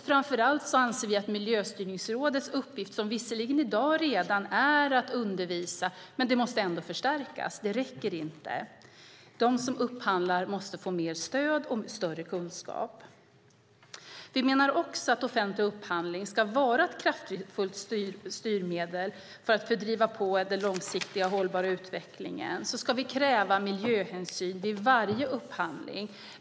Framför allt anser vi att Miljöstyrningsrådets uppgift, som visserligen redan i dag är att undervisa, måste förstärkas. Det räcker inte. De som upphandlar måste få mer stöd och större kunskap. Vi menar också att om offentlig upphandling ska vara ett kraftfullt styrmedel för att driva på en långsiktig och hållbar utveckling ska vi kräva miljöhänsyn vid varje upphandling.